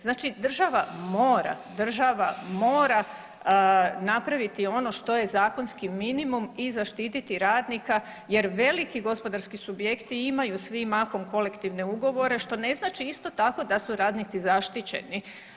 Znači država mora, država mora napraviti ono što je zakonski minimum i zaštititi radnika jer veliki gospodarski subjekti imaju svi mahom kolektivne ugovore, što ne znači isto tako da su radnici zaštićeni.